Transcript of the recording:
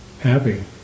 happy